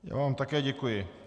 Já vám také děkuji.